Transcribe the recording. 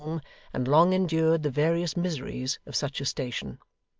and long endured the various miseries of such a station.